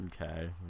Okay